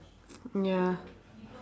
ya